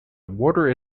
water